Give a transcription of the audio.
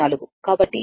కాబట్టి ఇది 1